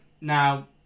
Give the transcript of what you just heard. Now